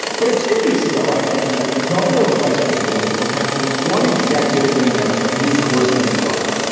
but a few weeks ago, i mentioned that the governor of west virginia was perhaps the one executive in america who is worse than trump.